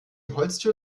holztür